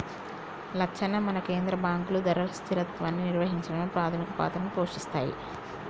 లచ్చన్న మన కేంద్ర బాంకులు ధరల స్థిరత్వాన్ని నిర్వహించడంలో పాధమిక పాత్రని పోషిస్తాయి